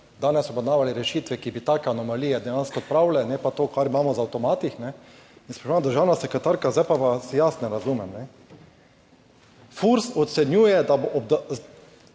danes obravnavali rešitve, ki bi take anomalije dejansko odpravile ne pa to kar imamo v avtomatih. In spoštovana državna sekretarka, zdaj pa vas jaz ne razumem. FURS ocenjuje, da bo ob daljšem